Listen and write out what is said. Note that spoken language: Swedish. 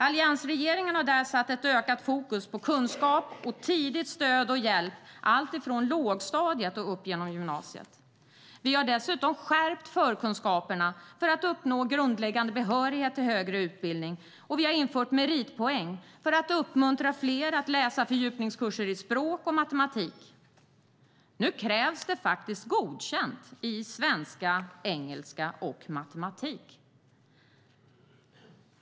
Alliansregeringen har där satt ett ökat fokus på kunskap, tidigt stöd och tidig hjälp alltifrån lågstadiet och upp genom gymnasiet. Vi har dessutom skärpt kraven på förkunskaperna för att uppnå grundläggande behörighet till högre utbildning, och vi har infört meritpoäng för att uppmuntra fler att läsa fördjupningskurser i språk och matematik. Nu krävs det faktiskt godkänt i svenska, engelska och matematik.